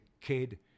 kid